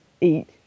eat